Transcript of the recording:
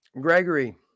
Gregory